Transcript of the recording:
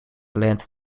land